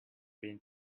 been